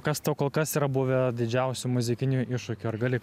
kas tau kol kas yra buvę didžiausiu muzikiniu iššūkiu ar gali